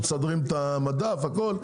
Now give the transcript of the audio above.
הם מסדרים את המדף והכול,